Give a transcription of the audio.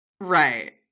right